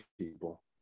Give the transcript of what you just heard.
people